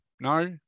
No